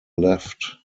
left